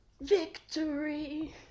victory